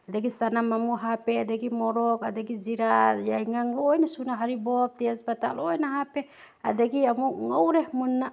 ꯑꯗꯒꯤ ꯆꯅꯝ ꯑꯃꯨꯛ ꯍꯥꯞꯄꯦ ꯑꯗꯒꯤ ꯃꯣꯔꯣꯛ ꯑꯗꯒꯤ ꯖꯤꯔꯥ ꯌꯥꯏꯉꯪ ꯂꯣꯏꯅ ꯁꯨꯅ ꯍꯔꯤꯕꯣꯞ ꯇꯦꯁꯄꯇꯥ ꯂꯣꯏꯅ ꯍꯥꯞꯄꯦ ꯑꯗꯒꯤ ꯑꯃꯨꯛ ꯉꯧꯔꯦ ꯃꯨꯟꯅ